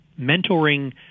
mentoring